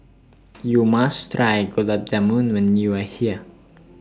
YOU must Try Gulab Jamun when YOU Are here